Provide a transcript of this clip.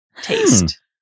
taste